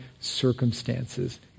circumstances